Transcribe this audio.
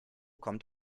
kommt